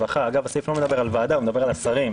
אגב, הסעיף לא מדבר על ועדה, הוא מדבר על השרים.